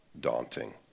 daunting